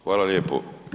Hvala lijepo.